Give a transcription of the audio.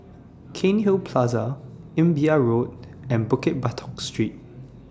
Cairnhill Plaza Imbiah Road and Bukit Batok Street